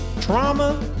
trauma